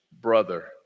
brother